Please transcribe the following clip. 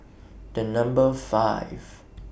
The Number five